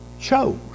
chose